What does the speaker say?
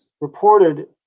reported